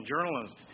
journalists